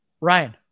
Ryan